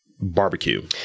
barbecue